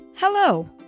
Hello